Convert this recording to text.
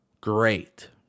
Great